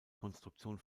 konstruktion